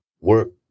work